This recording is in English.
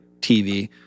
TV